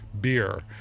beer